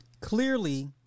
Clearly